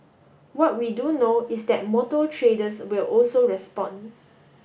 what we do know is that motor traders will also respond